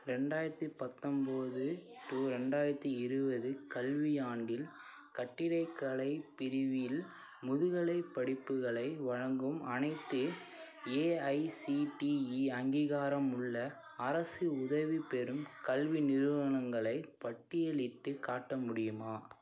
ரெண்டாயிரத்தி பத்தொன்போது டு ரெண்டாயிரத்தி இருபது கல்வியாண்டில் கட்டிடக்கலை பிரிவில் முதுகலைப் படிப்புகளை வழங்கும் அனைத்து ஏஐசிடிஇ அங்கீகாரமுள்ள அரசு உதவி பெறும் கல்வி நிறுவனங்களை பட்டியலிட்டுக் காட்ட முடியுமா